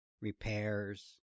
repairs